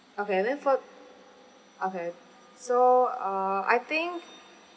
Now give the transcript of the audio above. okay then for okay so uh I think